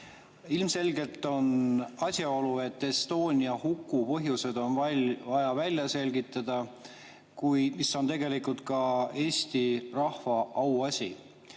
Ilmselgelt on asjaolu, et Estonia huku põhjused on vaja välja selgitada, tegelikult ka Eesti rahva auasi.